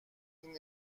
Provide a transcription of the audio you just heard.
این